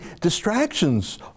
distractions